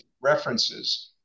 references